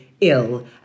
ill